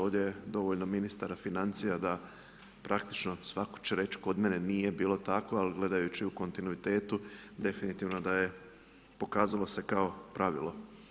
Ovdje je dovoljan ministar financija, da praktičko svatko će reći, kod mene, nije bilo tako, ali gledajući u kontinuitetu, definitivno, da je, pokazalo se kao pravilo.